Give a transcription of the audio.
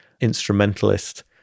instrumentalist